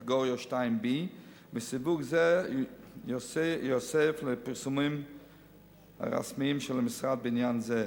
קטגוריה B2. סיווג זה יתווסף לפרסומים הרשמיים של המשרד בעניין זה.